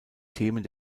themen